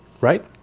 Right